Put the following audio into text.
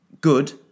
good